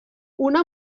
una